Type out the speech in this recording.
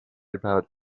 about